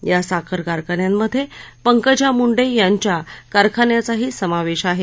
या साखर कारखान्यांमधे पंकजा मुंडे यांच्या कारखान्याचाही समावेश आहे